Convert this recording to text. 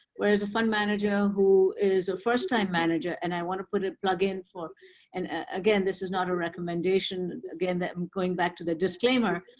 whereas a fund manager who is a first time manager and i want to put a plug in for and again, this is not a recommendation, again, i'm going back to the disclaimer.